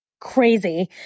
crazy